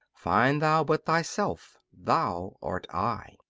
find thou but thyself, thou art i.